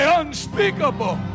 unspeakable